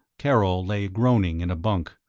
karol lay groaning in a bunk,